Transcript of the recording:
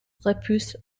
repousse